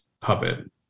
puppet